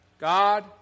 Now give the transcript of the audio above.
God